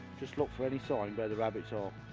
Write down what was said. just look for any sign where the rabbits are.